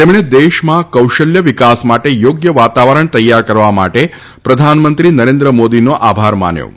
તેમણે દેશમાં કૌશલ્ય વિકાસ માટે થોગ્ય વાતાવરણ તૈયાર કરવા માટે પ્રધાનમંત્રી નરેન્દ્ર મોદીનો આભાર માન્યો હતો